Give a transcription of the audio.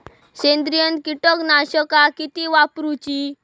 सेंद्रिय कीटकनाशका किती वापरूची?